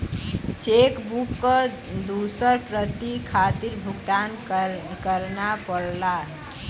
check book क दूसर प्रति खातिर भुगतान करना पड़ला